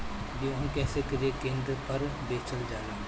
गेहू कैसे क्रय केन्द्र पर बेचल जाला?